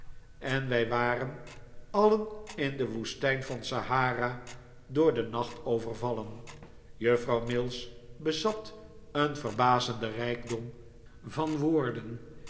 en wij waren alien in de woestijn van sahara door den nacht overvallen juffrouw mills bezat een verbazenden rijkdom van woorden